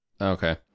Okay